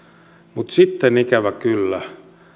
mutta sitten ikävä kyllä